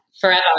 forever